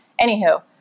Anywho